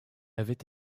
avait